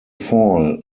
fall